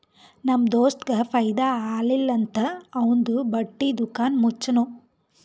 ನಮ್ ದೋಸ್ತಗ್ ಫೈದಾ ಆಲಿಲ್ಲ ಅಂತ್ ಅವಂದು ಬಟ್ಟಿ ದುಕಾನ್ ಮುಚ್ಚನೂ